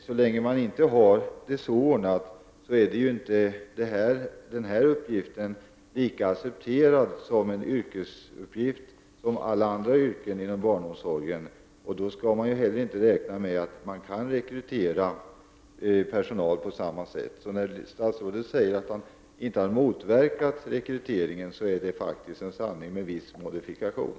Så länge man inte har det så ordnat är inte den uppgiften accepterad som yrkesuppgift som alla andra yrken inom barnomsorgen. Då kan man inte heller räkna med att det går att rekrytera personal på samma sätt. Det är faktiskt en sanning med viss modifikation när statsrådet säger att man inte har motverkat rekryteringen.